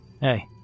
Hey